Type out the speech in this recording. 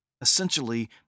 Essentially